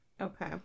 Okay